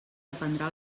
dependrà